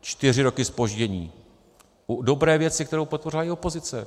Čtyři roky zpoždění u dobré věci, kterou podpořila i opozice.